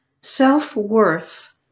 Self-worth